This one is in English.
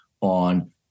on